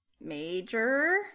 major